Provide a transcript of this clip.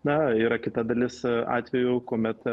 na yra kita dalis atvejų kuomet